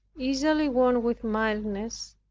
easily won with mildness,